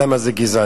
למה זה גזעני,